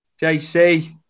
JC